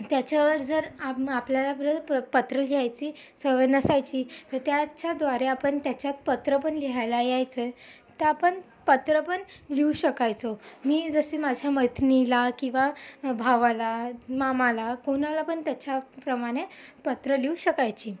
त्याच्यावर जर आम आपल्याला पत्र लिहायची सवय नसायची तर त्याच्याद्वारे आपण त्याच्यात पत्र पण लिहायला यायचे तर आपण पत्र पण लिहू शकायचो मी जशी माझ्या मैत्रिणीला किंवा भावाला मामाला कोणाला पण त्याच्याप्रमाणे पत्र लिहू शकायची